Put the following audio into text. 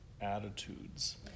attitudes